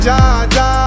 Jaja